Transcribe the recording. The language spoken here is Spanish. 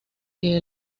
que